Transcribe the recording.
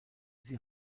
sie